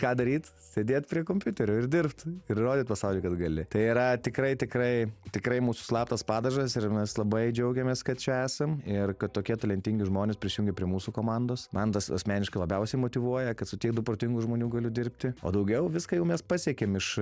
ką daryt sėdėt prie kompiuterio ir dirbt ir rodyt pasauliui kad gali tai yra tikrai tikrai tikrai mūsų slaptas padažas ir mes labai džiaugiamės kad čia esam ir kad tokie talentingi žmonės prisijungė prie mūsų komandos man tas asmeniškai labiausiai motyvuoja kad su tiek daug protingų žmonių galiu dirbti o daugiau viską jau mes pasiekėm iš